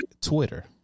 Twitter